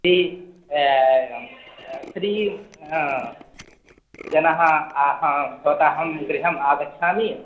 कति त्री जनः अहं भवतः गृहम् आगच्छामः